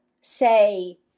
say